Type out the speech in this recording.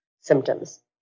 symptoms